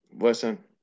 Listen